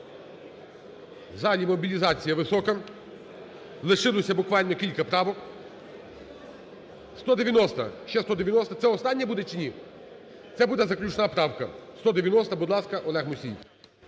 залі мобілізація висока, лишилося буквально кілька правок, 190, ще 190. Це остання буде чи ні? Це буде заключна правка. 190-а, будь ласка, Олег Мусій.